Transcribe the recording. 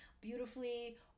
beautifully